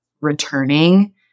returning